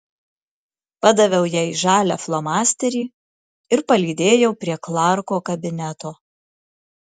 padaviau jai žalią flomasterį ir palydėjau prie klarko kabineto